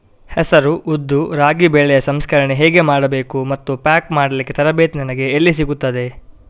ಹೆಸರು, ಉದ್ದು, ರಾಗಿ ಬೆಳೆಯ ಸಂಸ್ಕರಣೆ ಹೇಗೆ ಮಾಡಬೇಕು ಮತ್ತು ಪ್ಯಾಕ್ ಮಾಡಲಿಕ್ಕೆ ತರಬೇತಿ ನನಗೆ ಎಲ್ಲಿಂದ ಸಿಗುತ್ತದೆ?